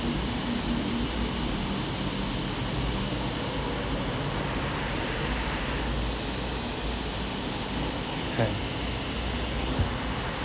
ha